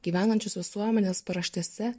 gyvenančius visuomenės paraštėse